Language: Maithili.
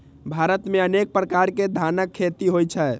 भारत मे अनेक प्रकार के धानक खेती होइ छै